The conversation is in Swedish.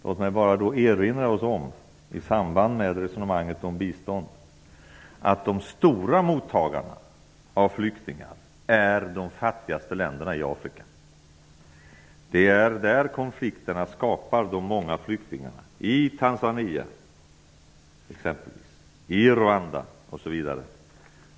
Låt mig då bara, i samband med resonemanget om bistånd, erinra oss om att de stora mottagarna av flyktingar är de fattigaste länderna i Afrika. Det är där konflikterna skapar de många flyktingarna, exempelvis i Tanzania och i Rwanda.